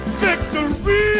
victory